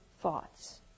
thoughts